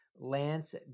Lance